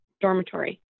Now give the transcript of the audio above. dormitory